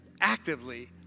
actively